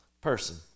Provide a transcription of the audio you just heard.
person